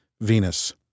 Venus